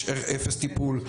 יש אפס טיפול,